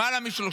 למעלה מ-30.